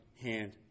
hand